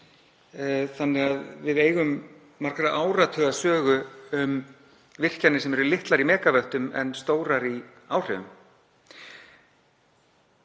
þannig að við eigum margra áratugasögu um virkjanir sem eru litlar í megavöttum en stórar í áhrifum.